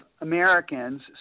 Americans